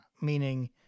meaning